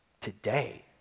today